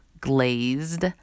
glazed